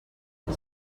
que